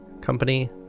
Company